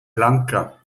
lanka